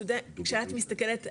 כשאת מסתכלת,